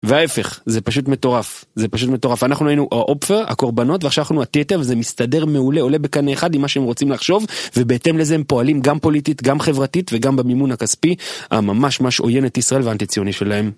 וההפך, זה פשוט מטורף, זה פשוט מטורף. אנחנו היינו האופפר, הקורבנות, ועכשיו אנחנו הטייטר וזה מסתדר מעולה, עולה בקנה אחד עם מה שהם רוצים לחשוב, ובהתאם לזה הם פועלים גם פוליטית, גם חברתית, וגם במימון הכספי, הממש ממש עויינת ישראל והאנטי ציוני שלהם.